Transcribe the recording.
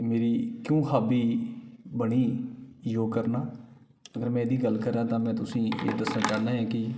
मेरी इक्को हाॅबी ही बनी योग करना अगर में एहदी गल्ल करांऽ तां में तुसें ई एह् दस्सना चाह्न्नां ऐं कि